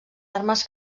armes